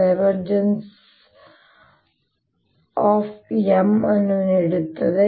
M ಅನ್ನು ನೀಡುತ್ತದೆ